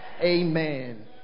Amen